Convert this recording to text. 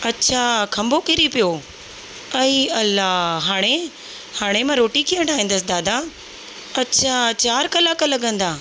अच्छा खंबो किरी पियो अई अला हाणे हाणे मां रोटी कीअं ठाहींदसि दादा अच्छा चारि कलाक लॻंदा